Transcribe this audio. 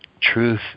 truth